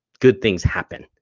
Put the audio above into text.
good things happen,